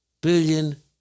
billion